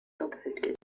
doppelt